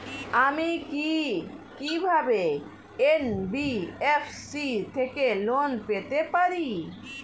আমি কি কিভাবে এন.বি.এফ.সি থেকে লোন পেতে পারি?